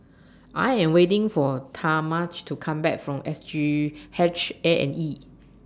I Am waiting For Talmadge to Come Back from S G H A and E